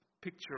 picture